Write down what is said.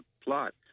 plot